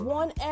one